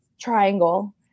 triangle